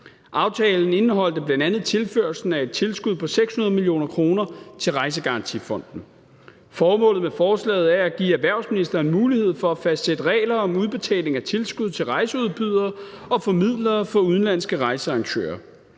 Aftalen indeholdt bl.a. tilførslen af et tilskud på 600 mio. kr. til Rejsegarantifonden. Formålet med forslaget er at give erhvervsministeren mulighed for at fastsætte regler om udbetaling af tilskud til rejseudbydere og formidlere for udenlandske rejsearrangører.